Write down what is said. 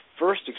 first